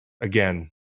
again